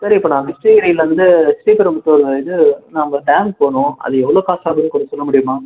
sir இப்போ நான் கிரிஷ்ணகிரிலேருந்து ஸ்ரீபெரும்புத்தூர் இது நான் அங்கே டேம் போகணும் அது எவ்வளோ காசு ஆகும்ன்னு கொஞ்சம் சொல்ல முடியுமா